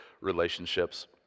relationships